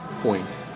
point